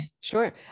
Sure